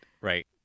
right